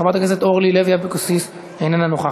חבר הכנסת באסל גטאס, אינו נוכח.